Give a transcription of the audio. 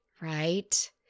right